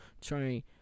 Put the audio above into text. Train